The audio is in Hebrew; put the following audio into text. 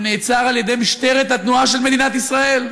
הוא נעצר על-ידי משטרת התנועה של מדינת ישראל,